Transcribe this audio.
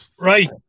Right